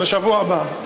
בשבוע הבא.